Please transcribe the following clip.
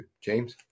James